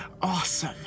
Awesome